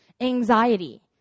Anxiety